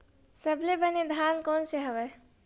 सबले बने धान कोन से हवय?